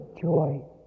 joy